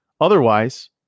Otherwise